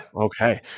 Okay